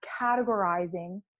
categorizing